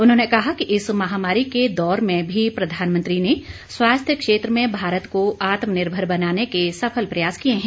उन्होंने कहा कि इस महामारी के दौर में भी प्रधानमंत्री ने स्वास्थ्य क्षेत्र में भारत को आत्मनिर्भर बनाने के सफल प्रयास किए हैं